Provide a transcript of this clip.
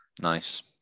Nice